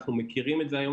אנחנו מכירים את זה היום,